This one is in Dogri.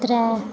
त्रै